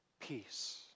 peace